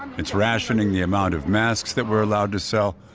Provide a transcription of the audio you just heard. it's rationing the amount of masks that we're allowed to sell.